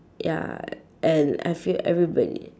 ya and I feel everybody